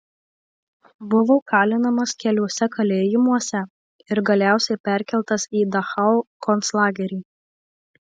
buvo kalinamas keliuose kalėjimuose ir galiausiai perkeltas į dachau konclagerį